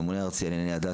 ממונה ארצי על ענייני הדת,